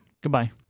Goodbye